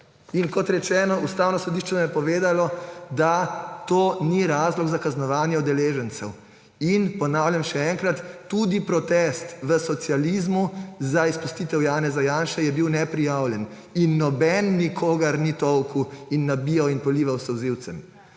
In kot rečeno, Ustavno sodišče nam je povedalo, da to ni razlog za kaznovanje udeležencev. In ponavljam še enkrat, tudi protest v socializmu za izpustitev Janeza Janše je bil neprijavljen in noben nikogar ni tolkel in nabijal in polival s solzivcem.